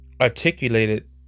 articulated